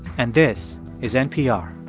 and this is npr